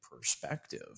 perspective